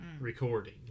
recording